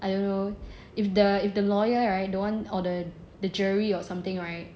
I don't know if the if the lawyer right don't want or the jury or something right